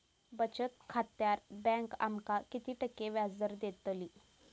बचत खात्यार बँक आमका किती टक्के व्याजदर देतली?